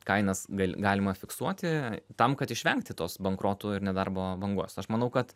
kainas gal galima fiksuoti tam kad išvengti tos bankrotų ir nedarbo bangos aš manau kad